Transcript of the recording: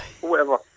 whoever